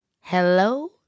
Hello